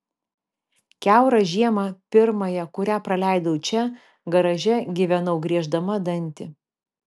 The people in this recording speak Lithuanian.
kiaurą žiemą pirmąją kurią praleidau čia garaže gyvenau grieždama dantį